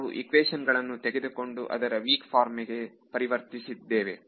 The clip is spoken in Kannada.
ನಾವು ಈಕ್ವೇಶನ್ ಗಳನ್ನು ತಗೊಂಡು ಅದರ ವೀಕ್ ಫಾರ್ಮಿಗೆ ಪರಿವರ್ತಿಸಿ ದ್ದೇವೆ